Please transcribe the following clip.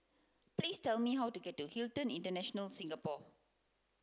please tell me how to get to Hilton International Singapore